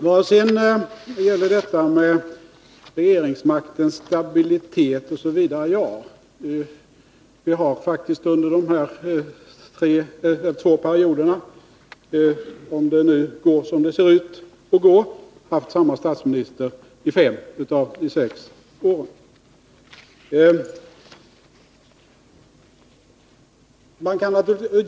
Vad sedan gäller regeringsmaktens stabilitet så har vi faktiskt under de två senaste mandatperioderna — om det nu går som det ser ut att gå — haft samme statsminister i fem av de sex åren.